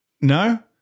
no